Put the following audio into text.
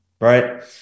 right